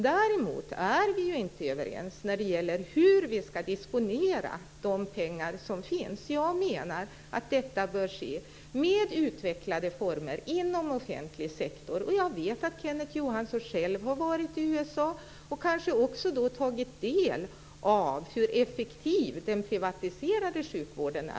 Däremot är vi ju inte överens när det gäller hur vi ska disponera de pengar som finns. Jag menar att detta bör ske under utvecklade former inom offentlig sektor. Jag vet att Kenneth Johansson själv har varit i USA, och kanske också då tagit del av hur effektiv den privatiserade sjukvården är.